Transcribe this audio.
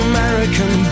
American